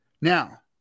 Now